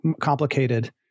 complicated